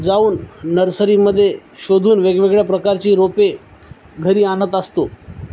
जाऊन नर्सरीमध्ये शोधून वेगवेगळ्या प्रकारची रोपे घरी आणत असतो